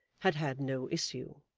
had had no issue.